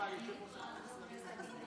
חברת הכנסת טלי גוטליב,